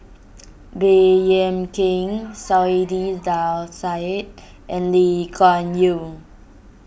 Baey Yam Keng Saiedah Said and Lee Kuan Yew